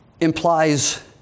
implies